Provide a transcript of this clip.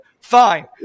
Fine